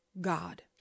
God